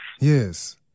Yes